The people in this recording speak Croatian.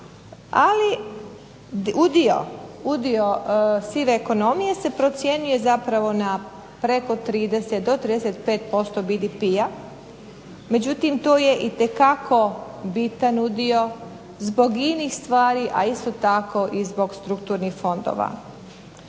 ali udio sive ekonomije se procjenjuje zapravo na preko 30, do 35% BDP-a, međutim tu je itekako bitan udio zbog inih stvari, a isto tako i zbog strukturnih fondova.